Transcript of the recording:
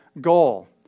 goal